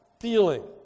feeling